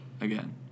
Again